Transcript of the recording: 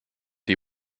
die